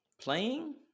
Playing